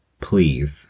Please